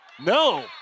No